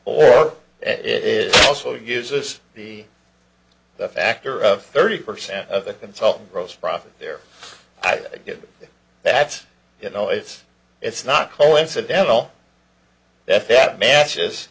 or it is also gives us the the factor of thirty percent of the consultant gross profit there i get that you know it's it's not coincidental that that matches